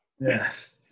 Yes